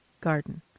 garden